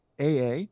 aa